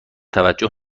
توجه